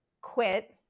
quit